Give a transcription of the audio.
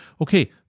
Okay